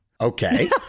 Okay